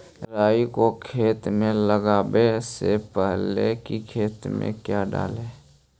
राई को खेत मे लगाबे से पहले कि खेत मे क्या डाले?